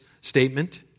statement